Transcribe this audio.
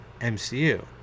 MCU